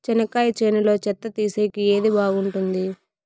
చెనక్కాయ చేనులో చెత్త తీసేకి ఏది బాగుంటుంది?